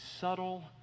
subtle